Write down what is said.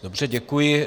Dobře, děkuji.